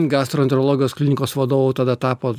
gastroenterologijos klinikos vadovu tada tapo